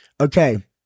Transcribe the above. okay